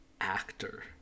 actor